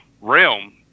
realm